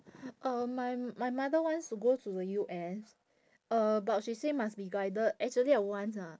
uh my my mother wants to go to the U_S uh but she say must be guided actually I want ah